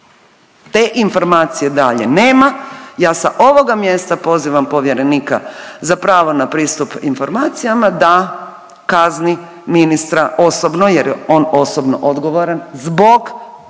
Te informacije dalje nema. Ja sa ovoga mjesta pozivam povjerenika za pravo na pristup informacijama da kazni ministra osobno, jer je on osobno odgovoran zbog nedavanja